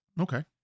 Okay